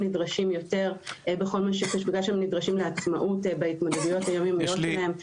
נדרשים לעצמאות בהתמודדויות היום-יומיות שלהם.